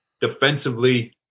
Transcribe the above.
defensively